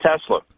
Tesla